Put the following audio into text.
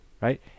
right